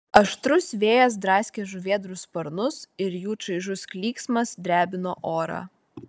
aštrus vėjas draskė žuvėdrų sparnus ir jų čaižus klyksmas drebino orą